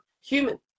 human